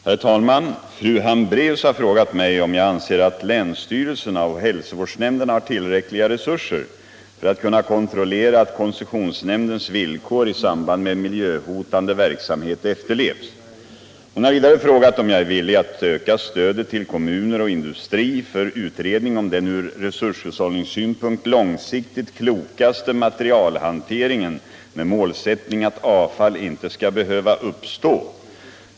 159, och anförde: Herr talman! Fru Hambraeus har frågat mig om jag anser att länsstyrelserna och hälsovårdsnämnderna har tillräckliga resurser för att kunna kontrollera att koncessionsnämndens villkor i samband med miljöhotande verksamhet efterlevs. Hon har vidare frågat om jag är villig att öka stödet till kommuner och industri för utredning om den ur resurshushållningssyn 177 punkt långsiktigt klokaste materialhanteringen med målsättning att avfall inte skall behöva uppstå.